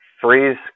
Freeze